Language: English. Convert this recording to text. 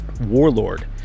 warlord